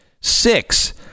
six